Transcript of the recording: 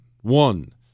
One